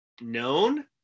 known